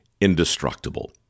indestructible